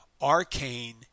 arcane